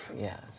Yes